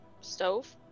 Stove